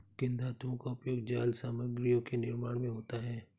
किन धातुओं का उपयोग जाल सामग्रियों के निर्माण में होता है?